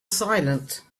silent